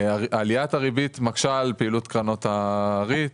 עליית הריבית מקשה על פעילות קרנות הריט,